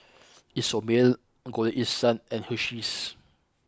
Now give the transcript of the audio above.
Isomil Golden East Sun and Hersheys